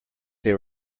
they